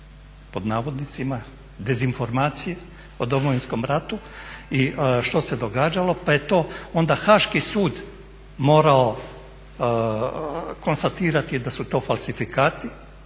pod navodnicima dezinformacije o Domovinskom ratu i što se događalo pa je to onda Haški sud morao konstatirati da su to falsifikati